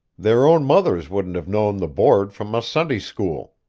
their own mothers wouldn't have known the board from a sunday-school.